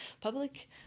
public